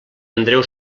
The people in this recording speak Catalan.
andreu